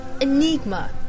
Enigma